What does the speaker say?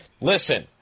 Listen